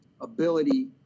ability